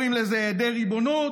קוראים לזה היעדר ריבונות.